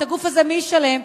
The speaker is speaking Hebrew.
את הגוף הזה, מי ישלם?